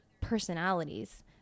personalities